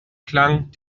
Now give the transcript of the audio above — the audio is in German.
klang